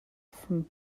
from